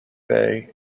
bay